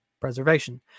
preservation